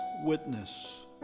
witness